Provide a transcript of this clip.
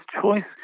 choice